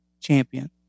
champion